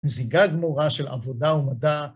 וזיגה גמורה של עבודה ומדע.